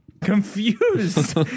Confused